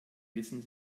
wissen